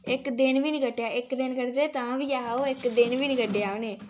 इक दिन बी नी कट्टेआ इक दिन कट्टदे तां बी ऐ हा अवा इक दिन बी नी कट्टेआ उ'नें